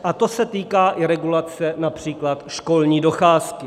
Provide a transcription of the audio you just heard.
A to se týká i regulace například školní docházky.